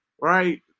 right